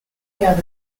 other